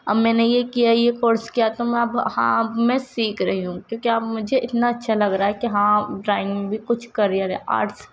اب میں نے یہ کیا ہے یہ کورس کیا ہے تو میں اب ہاں اب میں سیکھ رہی ہوں کیونکہ اب مجھے اتنا اچّھا لگ رہا ہے کہ ہاں ڈرائنگ بھی کچھ کریر ہے آرٹس